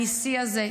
הניסי הזה,